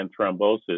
thrombosis